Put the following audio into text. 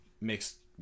mixed